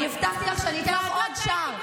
אני הבטחתי שאני אתן לך עוד שער.